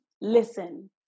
listen